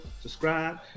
subscribe